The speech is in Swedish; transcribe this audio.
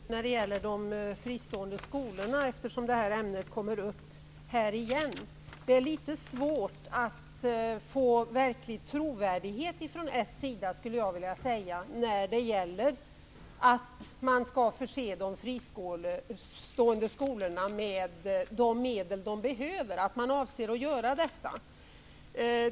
Herr talman! Jag vill bara säga några ord om de fristående skolorna, eftersom det ämnet kom upp nu igen. Det är litet svårt att tro socialdemokraterna när de säger att avsikten är att de fristående skolorna skall förses med de medel som de behöver.